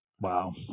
Wow